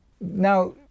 Now